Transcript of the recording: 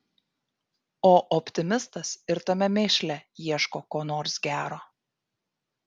o optimistas ir tame mėšle ieško ko nors gero